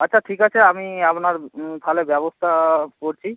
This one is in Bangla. আচ্ছা ঠিক আছে আমি আপনার তাহলে ব্যবস্তা করছি